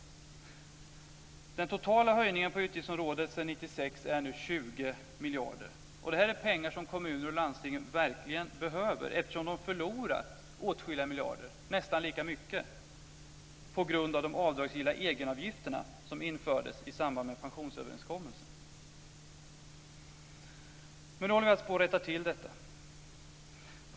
1996 är nu 20 miljarder. Detta är pengar som kommuner och landsting verkligen behöver, eftersom de förlorat åtskilliga miljarder - nästan lika mycket - på grund av de avdragsgilla egenavgifter som infördes i samband med pensionsöverenskommelsen. Nu håller man på att rätta till detta.